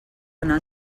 anar